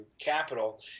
capital